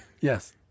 Yes